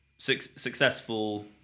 successful